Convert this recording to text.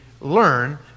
learn